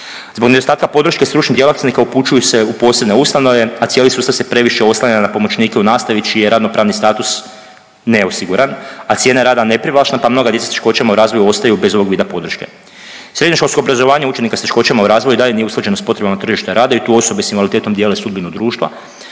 Zbog nedostatka podrške stručnih djelatnika upućuju se u posebne ustanove, a cijeli sustav se previše oslanja na pomoćnike u nastavi čiji je radno pravni status neosiguran, a cijena rada neprivlačna pa mnoga djeca s teškoćama u razvoju ostaju bez ovog vida podrške. Srednjoškolsko obrazovanje učenika s teškoćama u razvoju i dalje nije usklađeno s potrebama tržišta rada i tu osobe s invaliditetom dijele sudbinu društva.